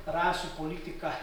rasių politika